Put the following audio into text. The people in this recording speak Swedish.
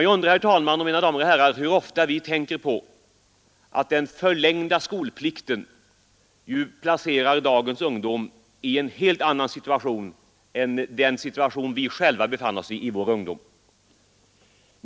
Jag undrar, herr talman och mina damer och herrar, hur ofta vi tänker på att den förlängda skolplikten placerar dagens unga människor i en helt annan situation än den vi själva befann oss i i vår ungdom.